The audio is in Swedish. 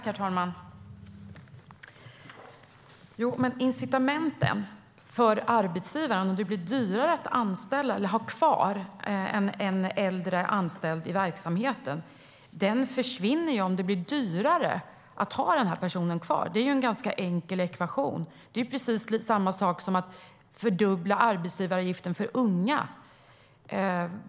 Herr talman! Om det blir dyrare att anställa eller ha kvar en äldre anställd i verksamheten försvinner ju incitamenten för arbetsgivaren. Det är en ganska enkel ekvation, och det är precis samma sak som att fördubbla arbetsgivaravgiften för unga.